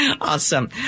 Awesome